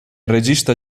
regista